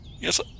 Yes